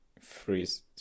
freeze